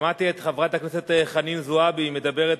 שמעתי את חברת הכנסת חנין זועבי מדברת